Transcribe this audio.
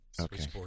Okay